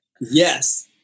yes